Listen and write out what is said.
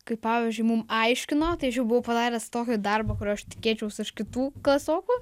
kai pavyzdžiui mum aiškino tai aš jau buvau padaręs tokį darbą kurio aš tikėčiaus iš kitų klasiokų